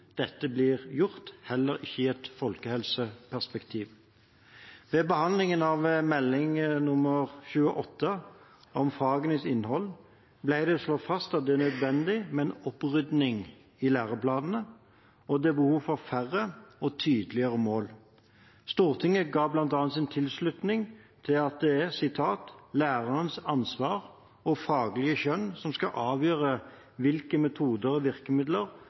dette blir gjort, heller ikke i et folkehelseperspektiv. Ved behandlingen av Meld. St. 28, om fagenes innhold, ble det slått fast at det er nødvendig med en opprydding i læreplanene, og at det er behov for færre og tydeligere mål. Stortinget ga bl.a. sin tilslutning til at det er «lærernes ansvar og faglige skjønn som skal avgjøre hvilke metoder og virkemidler